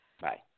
bye